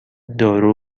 دارو